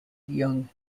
young